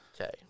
Okay